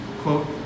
Quote